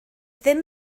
ddim